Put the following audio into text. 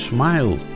Smile